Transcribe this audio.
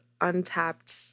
untapped